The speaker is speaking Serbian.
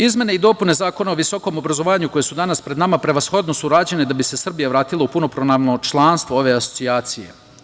Izmene i dopune Zakona o visokom obrazovanju koje su danas pred nama prevashodno su rađene da bi se Srbija vratila u punopravno članstvo ove asocijacije.